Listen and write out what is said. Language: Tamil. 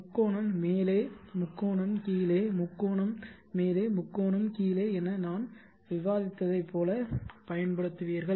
முக்கோணம் மேலே முக்கோணம் கீழே முக்கோணம் மேலே முக்கோணம் கீழே என நான் விவாதித்ததைப் போல பயன்படுத்துவீர்கள்